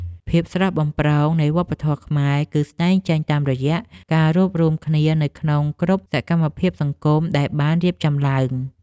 ភាពស្រស់បំព្រងនៃវប្បធម៌ខ្មែរ គឺស្តែងចេញតាមរយៈការរួបរួមគ្នានៅក្នុងគ្រប់សកម្មភាពសង្គមដែលបានរៀបចំឡើង។